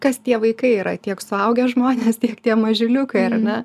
kas tie vaikai yra tiek suaugę žmonės tiek tie mažiuliukai ar ne